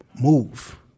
move